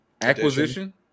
acquisition